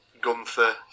Gunther